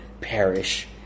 perish